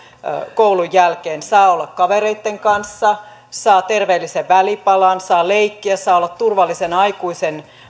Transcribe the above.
koulun jälkeen saa olla kavereitten kanssa saa terveellisen välipalan saa leikkiä saa olla turvallisen aikuisen